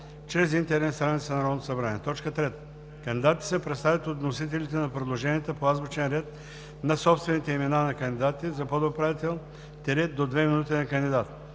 чрез интернет страницата на Народното събрание. 3. Кандидатите се представят от вносителите на предложенията по азбучен ред на собствените имена на кандидатите за подуправител – до 2 минути на кандидат.